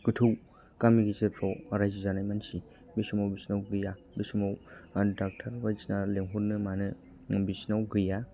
गोथौ गामि गेजेरफ्राव रायजो जानाय मानसि बे समाव बिसोरनाव गैया बे समाव डाक्टार बायदिसिना लेंहरनो मानो बिसोरनाव गैया